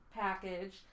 package